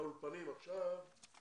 בשעה 11:03.